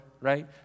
right